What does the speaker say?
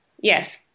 Yes